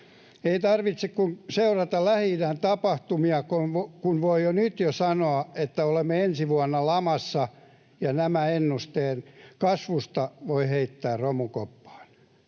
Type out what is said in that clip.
Ei tarvitse kuin seurata Lähi-idän tapahtumia, kun voi jo nyt sanoa, että olemme ensi vuonna lamassa ja nämä ennusteet kasvusta voi heittää romukoppaan.